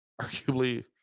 arguably